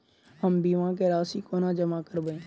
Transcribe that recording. हम बीमा केँ राशि कोना जमा करबै?